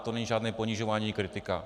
To není žádné ponižování, kritika.